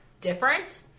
different